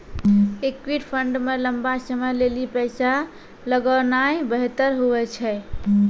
equity fund मे लंबा समय लेली पैसा लगौनाय बेहतर हुवै छै